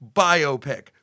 biopic